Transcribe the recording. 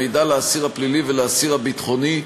מידע לאסיר הפלילי ולאסיר הביטחוני,